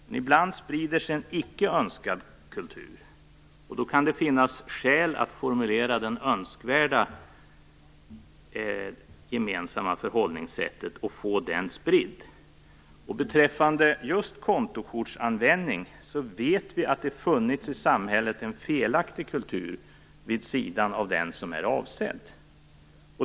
Men ibland sprider sig en icke önskad kultur, och då kan det finnas skäl att formulera det önskvärda gemensamma förhållningssättet och få detta spritt. Beträffande just kontokortsanvändning vet vi att det funnits en felaktig kultur i samhället vid sidan av den som är avsedd.